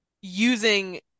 using